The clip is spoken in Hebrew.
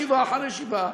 ישיבה אחר ישיבה,